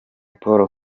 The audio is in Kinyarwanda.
paul